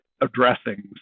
addressing